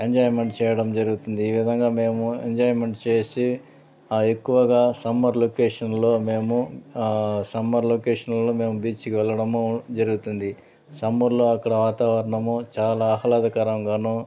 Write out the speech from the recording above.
enjoyment చేయడం జరుగుతుంది ఈ విధంగా మేము ఎంజాయ్మెంట్ చేసి ఎక్కువగా సమ్మర్ లొకేషన్లో మేము సమ్మర్ లొకేషన్లో మేము బీచ్కు వెళ్ళడము జరుగుతుంది సమ్మర్లో అక్కడ వాతవరణము చాలా ఆహ్లాదకరంగాను